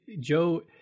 Joe